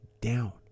down